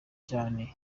cyane